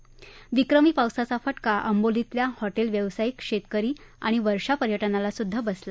या विक्रमी पावसाचा फटका आंबोलीतल्या हॉटेल व्यावसायिक शेतकरी आणि वर्षा पर्यटनाला सुद्धा बसला